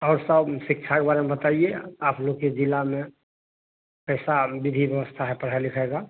और सब शिक्षा के बारे में बताइए आप लोग के जिला में कैसा विधि व्यवस्था है पढ़ाई लिखाई का